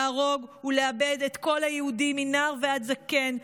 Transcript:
להרוג ולאבד את כל היהודים מנער ועד זקן,